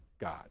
God